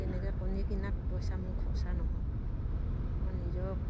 তেনেকে কণী কিনাত পইচা মোৰ খৰচা নহয় মই নিজক